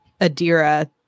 Adira